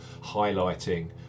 highlighting